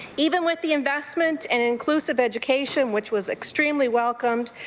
even with the investment and inclusive education which was extremely welcomed,